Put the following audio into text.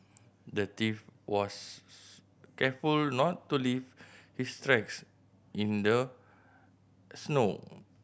the thief was careful not to leave his tracks in the snow